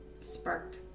spark